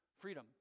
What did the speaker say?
Freedom